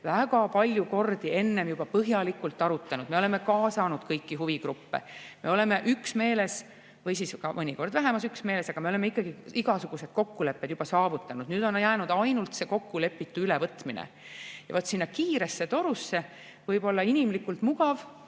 väga palju kordi põhjalikult arutanud. Me oleme kaasanud kõiki huvigruppe, me oleme üksmeeles – või siis mõnikord ka vähemas üksmeeles, aga ikkagi – igasugused kokkulepped juba saavutanud, nüüd on jäänud ainult kokkulepitu ülevõtmine. Ja vaat sinna kiiresse torusse võib olla inimlikult mugav